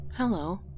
Hello